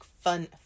fun